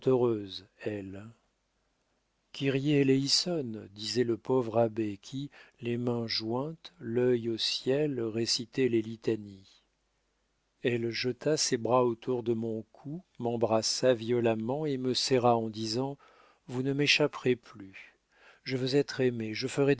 eleison disait le pauvre abbé qui les mains jointes l'œil au ciel récitait les litanies elle jeta ses bras autour de mon cou m'embrassa violemment et me serra en disant vous ne m'échapperez plus je veux être aimée je ferai